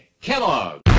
Kellogg